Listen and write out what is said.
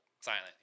silent